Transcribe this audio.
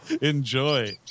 Enjoy